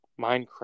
Minecraft